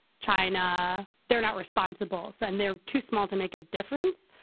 china. they're not responsible. so and they're too small to make a difference.